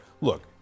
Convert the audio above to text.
look